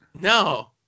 No